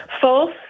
false